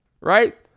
right